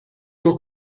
tuo